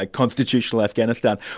like constitutional afghanistan.